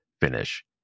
finish